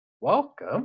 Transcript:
Welcome